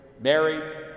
married